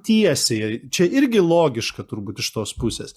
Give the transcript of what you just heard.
tiesiai čia irgi logiška turbūt iš tos pusės